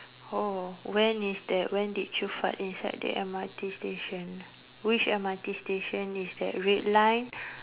oh when is that when did you fart inside the M_R_T station which M_R_T station is that red line